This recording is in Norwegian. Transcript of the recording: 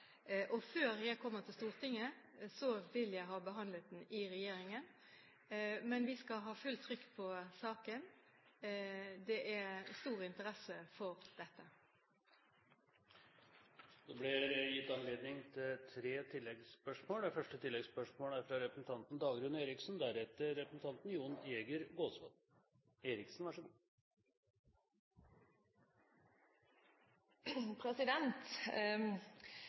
Før jeg kommer til Stortinget, vil jeg ha den behandlet i regjeringen. Men vi skal ha fullt trykk på saken. Det er stor interesse for dette. Det blir gitt anledning til tre oppfølgingsspørsmål – først representanten Dagrun Eriksen. Jeg tror at når historikere og